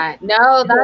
No